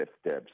steps